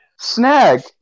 Snag